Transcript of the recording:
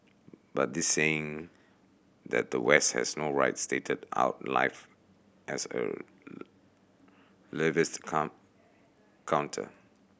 but this saying that the West has no right started out life as a relativist counter